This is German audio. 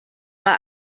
mal